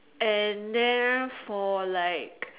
and then for like